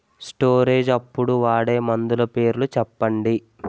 Storage అప్పుడు వాడే మందులు పేర్లు చెప్పండీ?